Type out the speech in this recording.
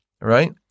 right